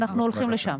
בדיוק, אנחנו הולכים לשם.